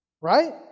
right